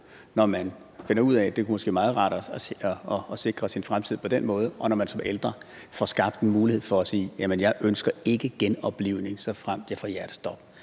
når man finder ud af, at det måske kunne være meget rart at sikre sin fremtid på den måde, og som ældre får skabt en mulighed for at sige: Jeg ønsker ikke genoplivning, såfremt jeg får hjertestop.